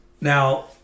Now